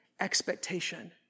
expectation